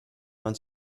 man